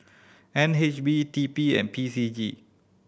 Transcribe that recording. N H B T P and P C G